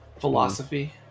philosophy